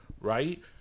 Right